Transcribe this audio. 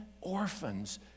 orphans